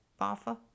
Bafa